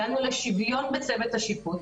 הגענו לשוויון בצוות השיפוט,